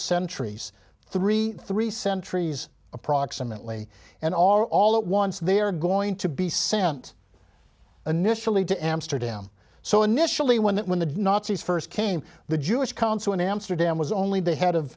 centuries three three centuries approximately and are all at once they are going to be sent an initially to amsterdam so initially when that when the nazis first came the jewish council in amsterdam was only the head of